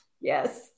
Yes